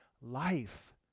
life